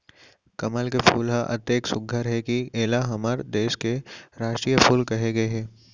कमल के फूल ह अतेक सुग्घर हे कि एला हमर देस के रास्टीय फूल कहे गए हे